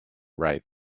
right